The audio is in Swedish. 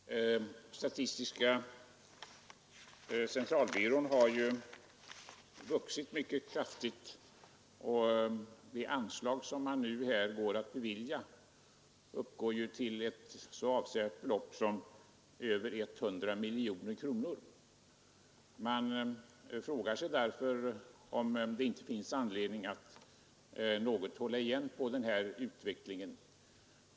Herr talman! Statistiska centralbyrån har vuxit mycket kraftigt, och det anslag som vi nu går att bevilja uppgår till ett så avsevärt belopp som över 100 miljoner kronor. Man frågar sig därför om det inte finns anledning att något hålla igen på denna utveckling.